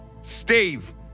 Steve